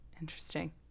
Interesting